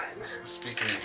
speaking